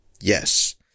yes